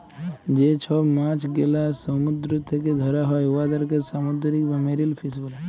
যে ছব মাছ গেলা সমুদ্দুর থ্যাকে ধ্যরা হ্যয় উয়াদেরকে সামুদ্দিরিক বা মেরিল ফিস ব্যলে